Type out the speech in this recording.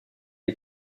est